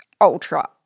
ultra